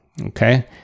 Okay